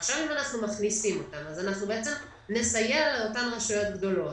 עכשיו אם אנחנו מכניסים אותם אז נסייע לאותן רשויות גדולות,